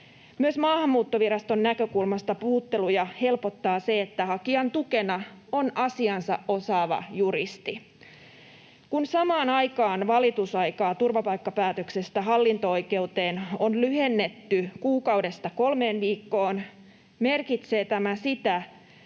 Myös Maahanmuuttoviraston näkökulmasta puhutteluja helpottaa se, että hakijan tukena on asiansa osaava juristi. Kun samaan aikaan valitusaikaa turvapaikkapäätöksestä hallinto-oikeuteen on lyhennetty kuukaudesta kolmeen viikkoon, merkitsee tämä sitä,